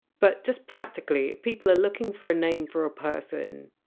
but just practically people are looking for a name for a person.